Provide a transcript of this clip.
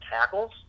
tackles